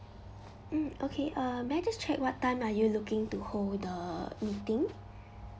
mm okay uh may I just check what time are you looking to hold the meeting